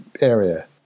area